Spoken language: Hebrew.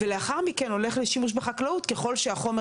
ולאחר מכן הולך לשימוש בחקלאות ככל שהחומר